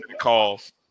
calls